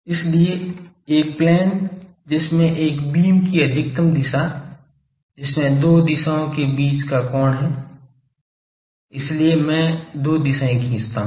इसलिए एक प्लेन जिसमें एक बीम की अधिकतम दिशा जिसमें दो दिशाओं के बीच का कोण है इसलिए मैं दो दिशाएं खींचता हूं